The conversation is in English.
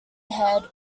head